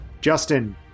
Justin